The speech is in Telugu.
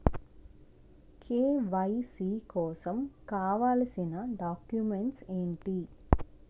కే.వై.సీ కోసం కావాల్సిన డాక్యుమెంట్స్ ఎంటి?